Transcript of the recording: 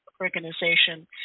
organization